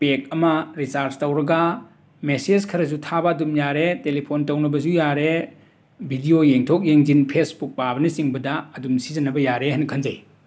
ꯄꯦꯛ ꯑꯃ ꯔꯤꯆꯥꯔꯁ ꯇꯧꯔꯒ ꯃꯦꯁꯦꯁ ꯈꯔꯁꯨ ꯊꯥꯕ ꯑꯗꯨꯝ ꯌꯥꯔꯦ ꯇꯦꯂꯦꯐꯣꯟ ꯇꯧꯅꯕꯁꯨ ꯌꯥꯔꯦ ꯕꯤꯗꯤꯌꯣ ꯌꯦꯡꯊꯣꯛ ꯌꯦꯡꯁꯤꯟ ꯐꯦꯁꯕꯨꯛ ꯄꯥꯕꯅꯆꯤꯡꯕꯗ ꯑꯗꯨꯝ ꯁꯤꯖꯤꯟꯅꯕ ꯌꯥꯔꯦ ꯍꯥꯏꯅ ꯈꯟꯖꯩ